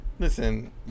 Listen